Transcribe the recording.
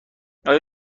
آیا